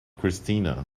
christina